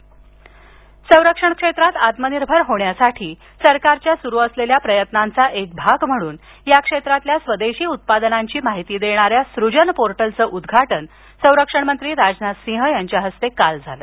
संरक्षण मंत्री संरक्षण क्षेत्रात आत्मनिर्भर होण्यासाठी सरकारच्या सुरु असलेल्या प्रयत्नांचा एक भाग म्हणून या क्षेत्रातील स्वदेशी उत्पादनांची माहिती देणाऱ्या सृजन पोर्टलचं उद्घाटन संरक्षण मंत्री राजनाथ सिंह यांच्या हस्ते काल झालं